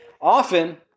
Often